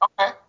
Okay